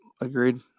agreed